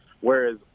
whereas